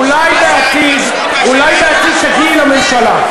ראש הממשלה, אולי בעתיד תגיעי לממשלה.